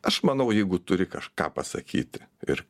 aš manau jeigu turi kažką pasakyti ir